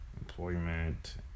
employment